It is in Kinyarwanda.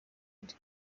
eddy